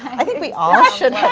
i think we all should